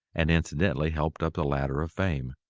and incidentally helped up the ladder of fame.